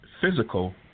physical